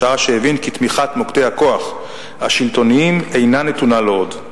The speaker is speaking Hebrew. בשעה שהבין כי תמיכת מוקדי הכוח השלטוניים אינה נתונה לו עוד.